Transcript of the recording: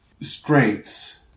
strengths